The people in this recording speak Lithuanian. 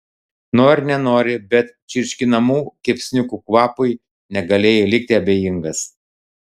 nori nenori bet čirškinamų kepsniukų kvapui negalėjai likti abejingas